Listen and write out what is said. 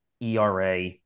ERA